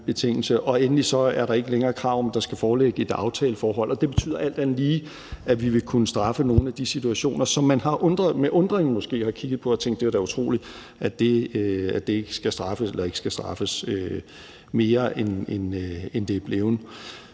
Endelig er der ikke længere et krav om, at der skal foreligge et aftaleforhold. Det betyder alt andet lige, at vi vil kunne straffe i nogle af de situationer, som man med undren har kigget på, og hvor man har tænkt: Det var dog utroligt, at det ikke skulle straffes hårdere, end tilfældet